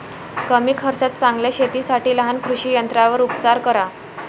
कमी खर्चात चांगल्या शेतीसाठी लहान कृषी यंत्रांवर उपचार करा